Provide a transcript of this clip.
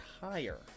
higher